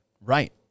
right